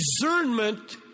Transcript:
discernment